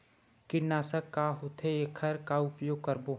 कीटनाशक का होथे एखर का उपयोग करबो?